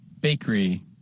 bakery